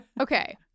Okay